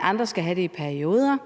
Andre skal have det i perioder